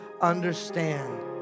understand